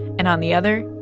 and on the other,